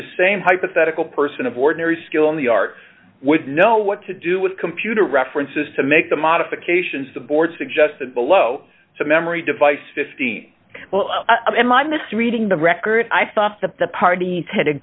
the same hypothetical person of ordinary skill in the art would know what to do with computer references to make the modifications the board suggested below to memory device fifteen well i am i misreading the record i thought that the parties had